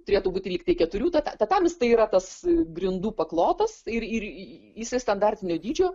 turėtų būti lyg tai keturių ta tatamis tai yra tas grindų paklotas ir ir jisai standartinio dydžio